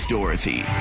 Dorothy